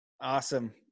Awesome